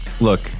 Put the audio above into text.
Look